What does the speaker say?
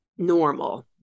normal